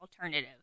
alternative